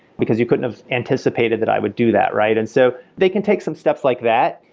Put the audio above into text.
because you couldn't have anticipated that i would do that, right? and so they can take some steps like that.